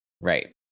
Right